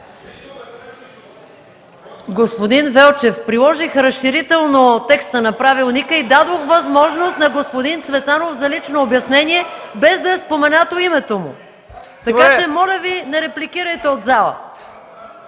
Господин Велчев, приложих разширително текста на Правилника и дадох възможност на господин Цветанов за лично обяснение, без да е споменато името му. Така че моля Ви, не репликирайте от залата.